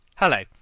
Hello